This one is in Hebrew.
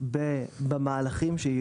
המבנה שבו קופת חולים מקבלות מהמדינה